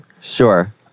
Sure